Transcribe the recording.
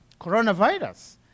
coronavirus